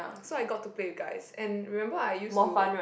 so I got to play with guys and remember I use to